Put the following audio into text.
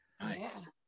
Nice